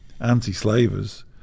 anti-slavers